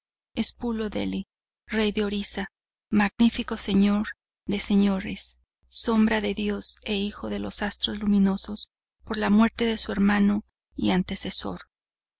es pulo dheli rey de orisa magnifico señor de señores sombra de dios e hijo de los astros luminosos por la muerte de su hermano y antecesor